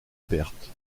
pertes